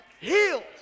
healed